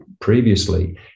previously